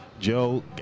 Joe